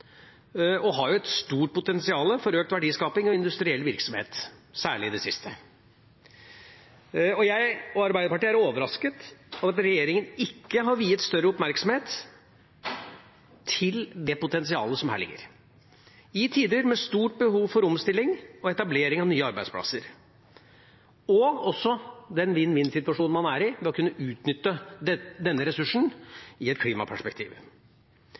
og har et stort potensial for økt verdiskaping og industriell virksomhet, særlig det siste. Jeg og Arbeiderpartiet er overrasket over at regjeringa ikke har viet større oppmerksomhet til det potensialet som her ligger, i en tid med stort behov for omstilling og etablering av nye arbeidsplasser, og også med den vinn-vinn-situasjonen man er i ved å kunne utnytte denne ressursen i et klimaperspektiv.